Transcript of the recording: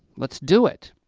let's do it.